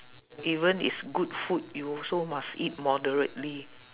even is good food you also must eat moderately